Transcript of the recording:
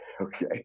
Okay